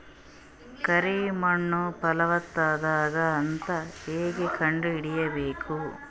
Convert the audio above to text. ಕರಿ ಮಣ್ಣು ಫಲವತ್ತಾಗದ ಅಂತ ಹೇಂಗ ಕಂಡುಹಿಡಿಬೇಕು?